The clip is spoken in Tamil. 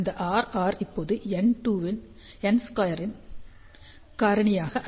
இந்த Rr இப்போது N2 இன் காரணியால் அதிகரிக்கப்படுகிறது எனவே Rr 50Ω